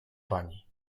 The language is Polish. pani